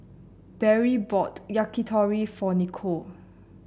Beryl bought Yakitori for Nikole